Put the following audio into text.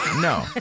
no